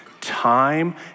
time